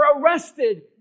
arrested